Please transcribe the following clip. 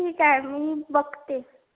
ठीक आहे मी बघते